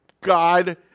God